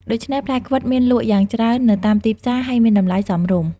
ដូច្នេះ ផ្លែខ្វិតមានលក់យ៉ាងច្រើននៅតាមទីផ្សារ ហើយមានតម្លៃសមរម្យ។